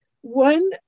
one